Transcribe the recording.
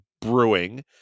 brewing